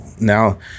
now